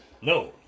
No